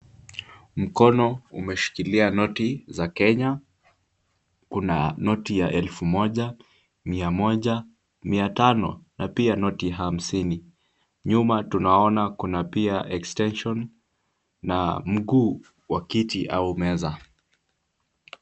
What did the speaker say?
Mkono umeshikilia noti za Kenya. Kuna noti ya elfu moja, mia moja, mia tano na pia noti hamsini . Nyuma tunaona kuna pia extension na mguu wa kiti au meza.